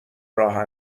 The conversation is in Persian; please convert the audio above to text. راه